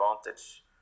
advantage